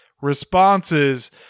responses